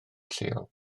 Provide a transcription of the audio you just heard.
lleol